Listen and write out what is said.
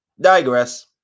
Digress